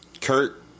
Kurt